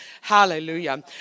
Hallelujah